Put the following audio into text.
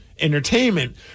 entertainment